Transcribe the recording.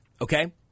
Okay